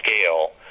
scale